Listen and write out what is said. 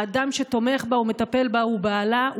האדם שתומך בה ומטפל בה הוא בעלה.